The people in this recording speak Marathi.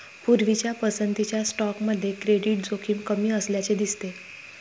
पूर्वीच्या पसंतीच्या स्टॉकमध्ये क्रेडिट जोखीम कमी असल्याचे दिसते